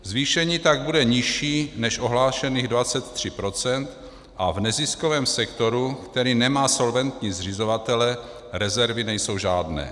Zvýšení tak bude nižší než ohlášených 23 % a v neziskovém sektoru, který nemá solventní zřizovatele, rezervy nejsou žádné.